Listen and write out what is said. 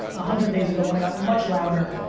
hundred days ago when i got much louder,